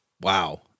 Wow